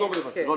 כן.